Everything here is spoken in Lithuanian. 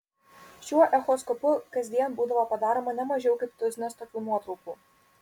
šiuo echoskopu kasdien būdavo padaroma ne mažiau kaip tuzinas tokių nuotraukų